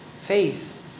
Faith